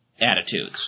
attitudes